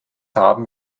haben